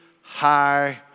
high